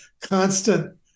constant